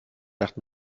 nacht